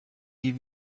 die